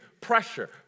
pressure